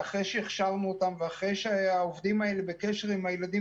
ואחרי שהכשרנו אותם ואחרי שהעובדים האלה בקשר עם הילדים